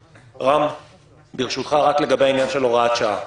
רם, ברשותך, רק לגבי העניין של הוראת שעה.